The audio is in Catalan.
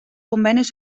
convenis